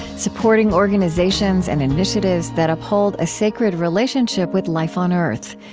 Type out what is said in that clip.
supporting organizations and initiatives that uphold a sacred relationship with life on earth.